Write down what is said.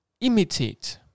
imitate